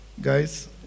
Guys